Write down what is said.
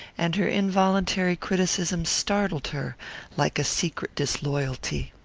and her involuntary criticism startled her like a secret disloyalty.